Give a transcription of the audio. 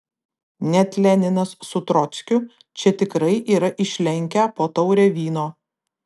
net leninas su trockiu čia tikrai yra išlenkę po taurę vyno